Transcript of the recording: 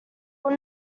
were